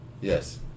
Yes